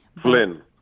Flynn